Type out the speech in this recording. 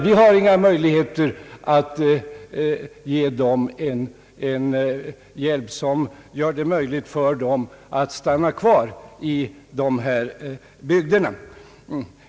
Vi har inga möjligheter att ge dem sådan hjälp att det blir möjligt för dem att stanna kvar i bygderna.